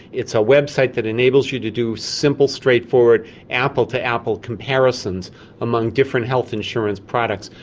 it's a website that enables you to do simple straightforward apple to apple comparisons among different health insurance products,